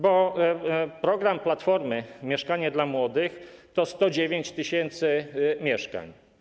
Bo program Platformy „Mieszkanie dla młodych” to 109 tys. mieszkań.